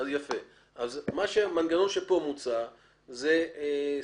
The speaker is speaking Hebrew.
זה המנגנון שמוצע כאן.